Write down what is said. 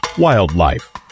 wildlife